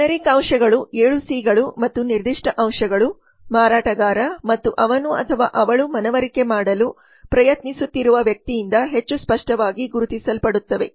generic ಅಂಶಗಳು ಏಳು C ಗಳು ಮತ್ತು ನಿರ್ದಿಷ್ಟ ಅಂಶಗಳು ಮಾರಾಟಗಾರ ಮತ್ತು ಅವನು ಅಥವಾ ಅವಳು ಮನವರಿಕೆ ಮಾಡಲು ಪ್ರಯತ್ನಿಸುತ್ತಿರುವ ವ್ಯಕ್ತಿಯಿಂದ ಹೆಚ್ಚು ಸ್ಪಷ್ಟವಾಗಿ ಗುರುತಿಸಲ್ಪಡುತ್ತವೆ